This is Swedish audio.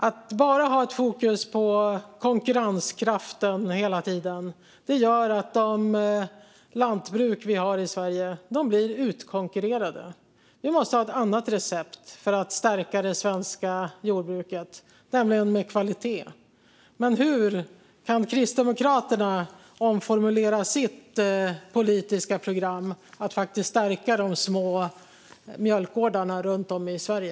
Att hela tiden bara ha fokus på konkurrenskraften gör att de lantbruk som finns i Sverige blir utkonkurrerade. Det måste finnas ett annat recept för att stärka det svenska jordbruket, nämligen kvalitet. Men hur? Kan Kristdemokraterna omformulera sitt politiska program för att faktiskt stärka de små mjölkgårdarna runt om i Sverige?